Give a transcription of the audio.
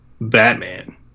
Batman